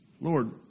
Lord